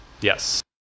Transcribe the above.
Yes